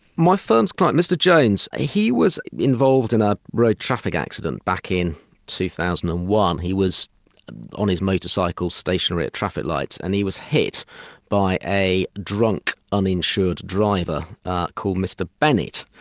my firm's client, mr jones, he was involved in a road traffic accident back in two thousand and one. he was on his motorcycle, stationary at traffic lights, and he was hit by a drunk, uninsured driver called mr bennett.